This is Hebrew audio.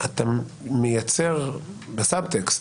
שאתה מייצר ב-סבטקסט,